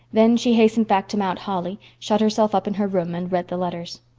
then she hastened back to mount holly, shut herself up in her room, and read the letters.